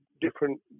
different